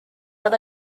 but